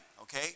okay